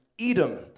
Edom